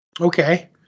okay